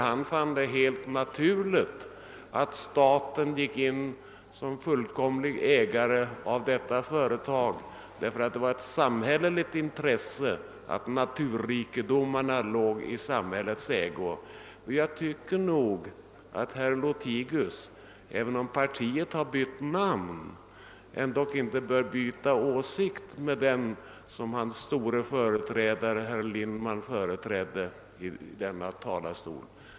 Han fann det helt naturligt att staten gick in som ensam ägare av detta företag därför att det var ett samhälleligt intresse att naturrikedomarna låg i samhällets ägo. Även om partiet har bytt namn, borde det inte förfäkta andra åsikter än dem som den gången företräddes av dess store ledare Arvid Lindman.